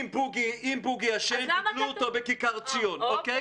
אם בוגי אשם, תלו אותו בכיכר ציון, אוקיי?